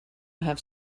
have